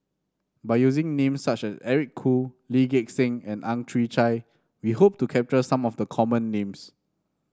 by using names such as Eric Khoo Lee Gek Seng and Ang Chwee Chai we hope to capture some of the common names